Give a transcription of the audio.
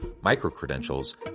micro-credentials